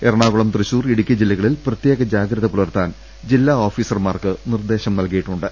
എറണാകുളം തൃശൂർ ഇടുക്കി ജില്ലകളിൽ പ്രത്യേക ജാഗ്രത പുലർത്താൻ ജില്ലാ ഓഫീസർമാർക്ക് നിർദ്ദേശം നൽകിയി ട്ടുണ്ട്